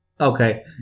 Okay